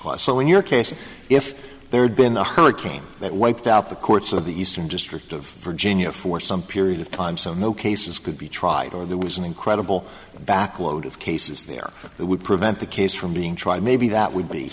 cost so in your case if there had been a hurricane that wiped out the courts of the eastern district of virginia for some period of time so no cases could be tried or there was an incredible back load of cases there that would prevent the case from being tried maybe that would be